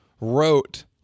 wrote